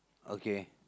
okay